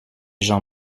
gens